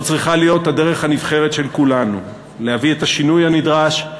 זו צריכה להיות הדרך הנבחרת של כולנו: להביא את השינוי הנדרש,